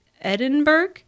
Edinburgh